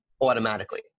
automatically